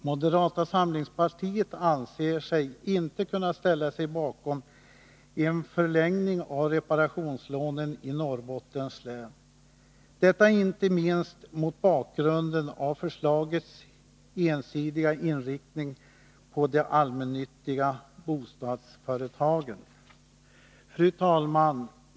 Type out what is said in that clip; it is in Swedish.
Moderata samlingspartiet anser sig inte kunna ställa sig 10 maj 1983 bakom förslaget om en förlängning av reparationslån i Norrbottens län — detta inte minst mot bakgrunden av förslagets ensidiga inriktning på de Utveckling i Norrallmännyttiga bostadsföretagen. Fru talman!